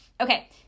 Okay